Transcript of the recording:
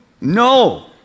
No